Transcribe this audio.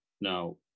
Now